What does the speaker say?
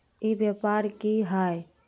ई व्यापार की हाय?